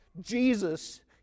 Jesus